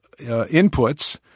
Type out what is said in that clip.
inputs